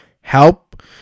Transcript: help